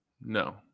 No